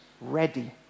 ready